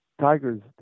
Tiger's